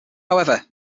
however